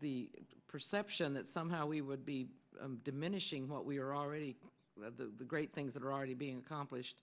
the perception that somehow we would be diminishing what we are already the great things that are already being accomplished